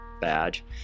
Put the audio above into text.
badge